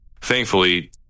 thankfully